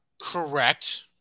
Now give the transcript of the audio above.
Correct